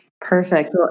Perfect